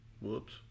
Whoops